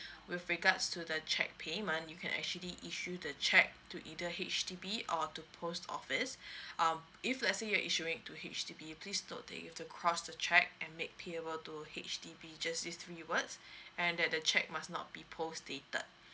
with regards to the cheque payment you can actually issue the cheque to either H_D_B or to post office um if let's say you're issuing to H_D_B please note that you have to cross the cheque and make payable to H_D_B just these three words and that the cheque must not be post dated